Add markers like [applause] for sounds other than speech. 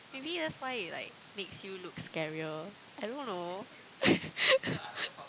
maybe that's why it like makes you look scarier I don't know [laughs]